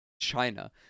China